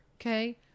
okay